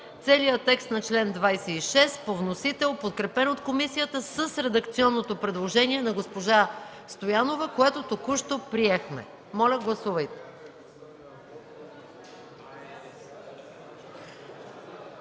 целия текст на чл. 26 по вносител, подкрепен от комисията, с редакционното предложение на госпожа Стоянова, което току-що приехме. Гласували